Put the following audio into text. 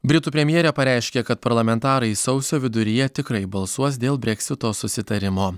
britų premjerė pareiškė kad parlamentarai sausio viduryje tikrai balsuos dėl breksito susitarimo